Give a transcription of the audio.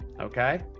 okay